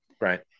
Right